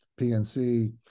PNC